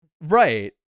Right